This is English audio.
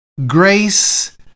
Grace